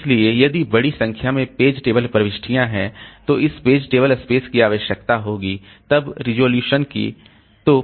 इसलिए यदि बड़ी संख्या में पेज टेबल प्रविष्टियां हैं तो इस पेज टेबल स्पेस की आवश्यकता होगी तब रेजोल्यूशन की